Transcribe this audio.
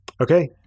Okay